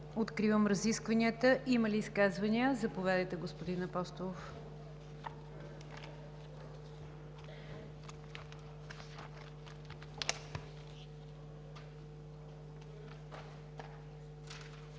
Откривам разискванията. Има ли изказвания? Заповядайте, господин Апостолов.